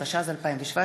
התשע"ז 2017,